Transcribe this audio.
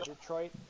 Detroit